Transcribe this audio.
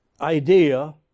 idea